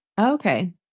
Okay